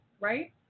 right